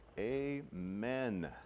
amen